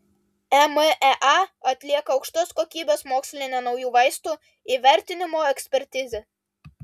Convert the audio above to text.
emea atlieka aukštos kokybės mokslinę naujų vaistų įvertinimo ekspertizę